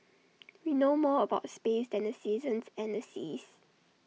we know more about space than the seasons and the seas